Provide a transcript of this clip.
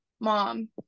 mom